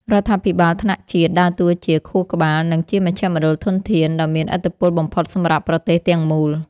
រដ្ឋាភិបាលថ្នាក់ជាតិដើរតួជា ខួរក្បាល និងជាមជ្ឈមណ្ឌលធនធាន ដ៏មានឥទ្ធិពលបំផុតសម្រាប់ប្រទេសទាំងមូល។